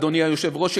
אדוני היושב-ראש,